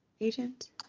agent